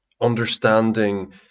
understanding